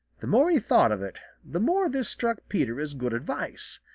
the more he thought of it, the more this struck peter as good advice.